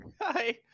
Hi